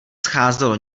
scházelo